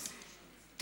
בבקשה, גברתי.